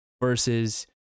versus